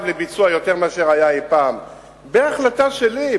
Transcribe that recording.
לביצוע יותר מאשר היה אי-פעם בהחלטה שלי,